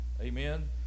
amen